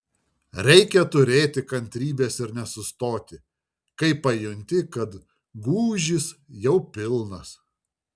reikia turėti kantrybės ir nesustoti kai pajunti kad gūžys jau pilnas